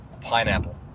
pineapple